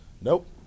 Nope